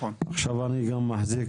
עכשיו אני גם מחזיק